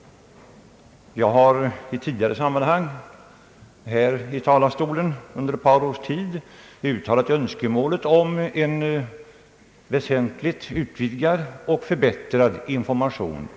Jag har ifrån denna talarstol under ett par års tid uttalat önskemål om en väsentligt utvidgad och förbättrad information.